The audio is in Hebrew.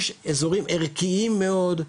יש אזורים ערכיים מאוד,